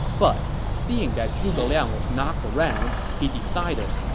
but seeing that zhuge liang was not around, he decided,